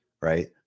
right